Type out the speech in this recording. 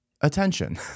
attention